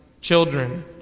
children